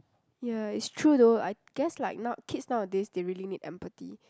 ya it's true though I guess like not kids nowadays they really need empathy